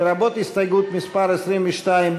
לרבות הסתייגות מס' 22,